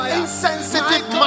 insensitive